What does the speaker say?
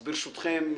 אז ברשותכם,